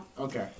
Okay